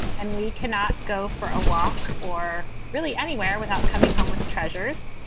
and we cannot go for a walk or really anywhere without coming home with treasuries.